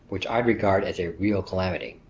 which i'd regard as a real calamity.